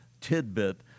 tidbit